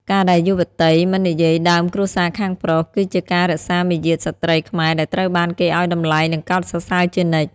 ការដែលយុវតី "មិននិយាយដើមគ្រួសារខាងប្រុស" គឺជាការរក្សាមារយាទស្ត្រីខ្មែរដែលត្រូវបានគេឱ្យតម្លៃ និងកោតសរសើរជានិច្ច។